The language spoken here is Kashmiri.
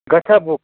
گَژِھیا بُک